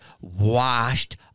washed